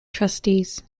trustees